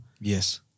yes